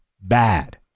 bad